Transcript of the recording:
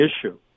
issue